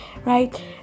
right